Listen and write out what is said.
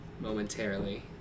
momentarily